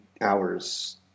hours